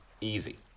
easy